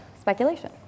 speculation